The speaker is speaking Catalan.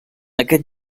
aquest